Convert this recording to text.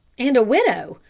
and a widow!